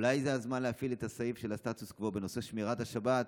אולי זה הזמן להפעיל את הסעיף של הסטטוס-קוו בנושא שמירת השבת,